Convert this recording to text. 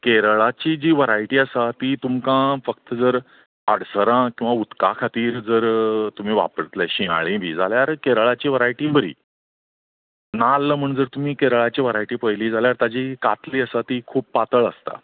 केरळाची जी वरायटी आसा ती तुमकां फक्त जर आडसरां किंवां उदका खातीर जर तुमी वापरतले शियाळीं बी जाल्यार केरळाची वरायटी बरी नाल्ल म्हण जर तुमी केरळाचे वरायटी पळयली जाल्यार ताजी कातली आसा ती खूब पातळ आसता